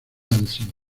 dancing